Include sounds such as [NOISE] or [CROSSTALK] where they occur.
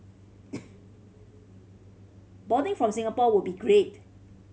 [NOISE] boarding from Singapore would be great